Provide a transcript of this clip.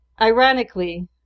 ironically